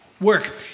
Work